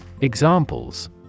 Examples